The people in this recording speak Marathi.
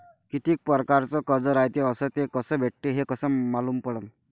कितीक परकारचं कर्ज रायते अस ते कस भेटते, हे कस मालूम पडनं?